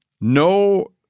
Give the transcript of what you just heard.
no